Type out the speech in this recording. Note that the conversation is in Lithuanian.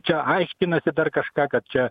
čia aiškinasi dar kažką kad čia